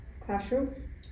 classroom